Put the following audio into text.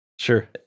Sure